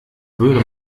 würde